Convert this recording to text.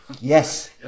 Yes